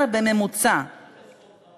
לא, הצעת החוק הזאת תבוא.